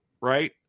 right